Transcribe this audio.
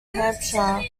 hampshire